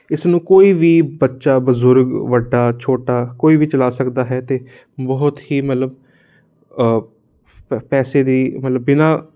ਇਸ ਨੂੰ ਕੋਈ ਵੀ ਬੱਚਾ ਬਜ਼ੁਰਗ ਵੱਡਾ ਛੋਟਾ ਕੋਈ ਵੀ ਚਲਾ ਸਕਦਾ ਹੈ ਅਤੇ ਬਹੁਤ ਹੀ ਮਤਲਬ ਪ ਪੈਸੇ ਦੀ ਮਤਲਬ